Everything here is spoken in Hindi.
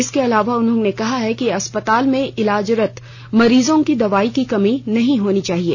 इसके अलावा उन्होंने कहा है कि अस्पताल में इलाजरत मरीजों को दवाइयों की कमी नहीं होनी चाहिए